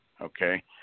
Okay